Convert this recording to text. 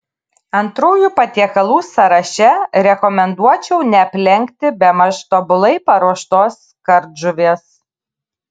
antrųjų patiekalų sąraše rekomenduočiau neaplenkti bemaž tobulai paruoštos kardžuvės